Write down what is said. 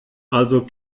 also